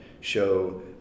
show